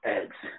Eggs